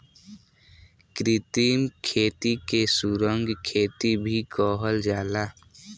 कृत्रिम खेती के सुरंग खेती भी कहल जाला